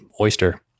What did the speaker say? oyster